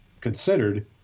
considered